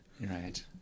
right